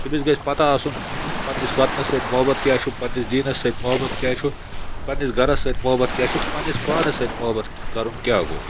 تٔمِس گژھِ پَتہ آسُن پنٛنِس وَطنَس سۭتۍ محبت کیٛاہ چھُ پنٛنِس دیٖنَس سۭتۍ محبت کیٛاہ چھُ پنٛنِس گَرَس سۭتۍ محبت کیٛاہ چھُ تہٕ پنٛنِس پانَس سۭتۍ محبت کَرُن کیٛاہ گوٚو